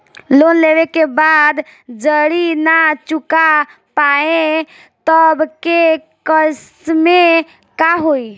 Loan लेवे के बाद जड़ी ना चुका पाएं तब के केसमे का होई?